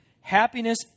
happiness